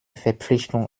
verpflichtung